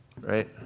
Right